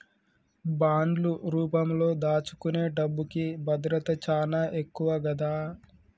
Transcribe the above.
బాండ్లు రూపంలో దాచుకునే డబ్బుకి భద్రత చానా ఎక్కువ గదా